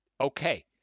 Okay